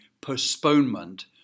postponement